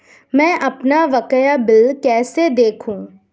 मैं अपना बकाया बिल कैसे देखूं?